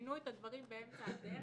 -- ששינו את הדברים באמצע הדרך,